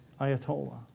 Ayatollah